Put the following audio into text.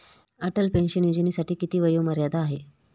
Atal pension योजनेसाठी किती वयोमर्यादा आहे?